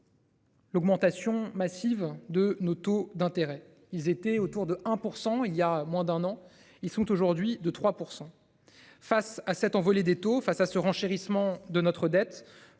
L'augmentation massive de nos taux d'intérêt. Ils étaient autour de 1% il y a moins d'un an, ils sont aujourd'hui de 3%. Face à cette envolée des taux face à ce renchérissement de notre dette.